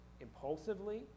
impulsively